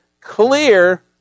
clear